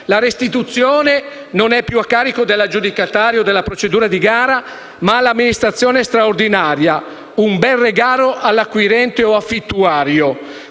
La restituzione è a carico non più dell'aggiudicatario della procedura di gara, ma dell'amministrazione straordinaria; un bel regalo all'acquirente o affittuario.